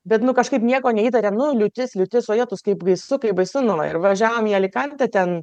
bet nu kažkaip nieko neįtarėm nu liūtis liūtis o jetus kaip baisu kaip baisu nu ir važiavome į alikantę ten